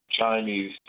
Chinese